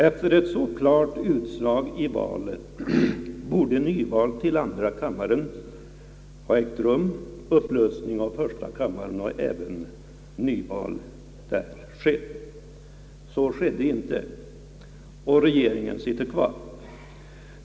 Efter ett så klart utslag i valet borde nyval till andra kammaren med tillika upplösning och nyval till första kammaren ha varit det naturliga. Så skedde inte. Regeringen sitter kvar.